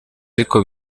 ariko